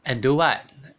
and do what